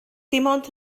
nawr